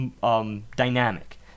dynamic